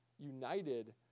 united